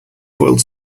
foiled